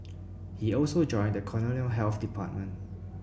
he also joined the colonial health department